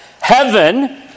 Heaven